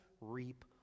reap